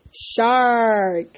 Shark